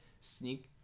sneak